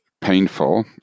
painful